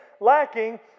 lacking